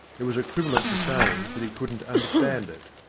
it was equivalent to saying that he couldn't understand it.